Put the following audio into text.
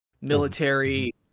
military